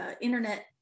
internet